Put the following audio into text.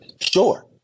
Sure